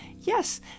Yes